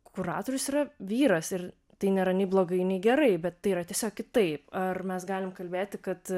kuratorius yra vyras ir tai nėra nei blogai nei gerai bet tai yra tiesiog kitaip ar mes galim kalbėti kad